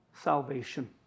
salvation